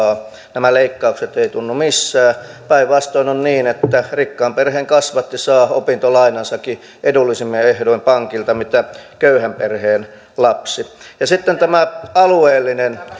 nämä leikkaukset eivät tunnu missään päinvastoin on niin että rikkaan perheen kasvatti saa opintolainansakin edullisimmin ehdoin pankilta mitä köyhän perheen lapsi ja sitten tämä alueellinen